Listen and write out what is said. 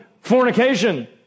fornication